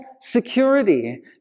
security